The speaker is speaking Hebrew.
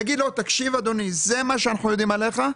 נגיד לו שזה מה שאנחנו יודעים עליך,